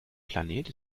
planet